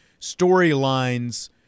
storylines